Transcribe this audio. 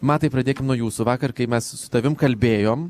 matai pradėkim nuo jūsų vakar kai mes su tavim kalbėjom